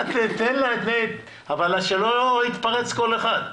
כמה אנשים ייהנו מהחוק הזה?